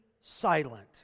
silent